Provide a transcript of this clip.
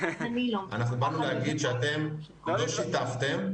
אנחנו באנו להגיד שאתם לא שיתפתם,